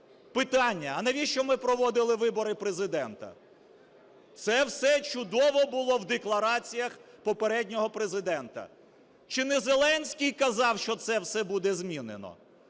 Питання: а навіщо ми проводили вибори Президента? Це все чудово було в деклараціях попереднього Президента. Чи не Зеленський казав, що це все буде змінено?